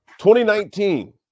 2019